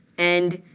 and